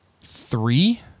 three